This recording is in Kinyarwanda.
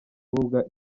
rubuga